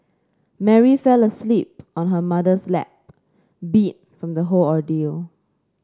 Mary fell asleep on her mother's lap beat from the whole ordeal